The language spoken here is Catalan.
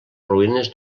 ruïnes